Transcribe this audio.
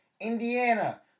Indiana